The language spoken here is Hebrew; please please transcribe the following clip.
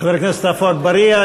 חבר הכנסת עפו אגבאריה,